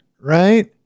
right